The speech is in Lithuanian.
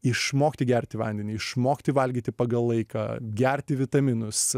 išmokti gerti vandenį išmokti valgyti pagal laiką gerti vitaminus